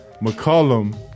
McCollum